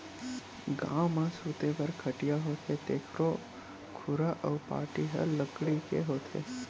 गाँव म सूते बर खटिया होथे तेखरो खुरा अउ पाटी ह लकड़ी के होथे